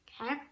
okay